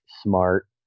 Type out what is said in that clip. smart